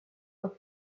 haute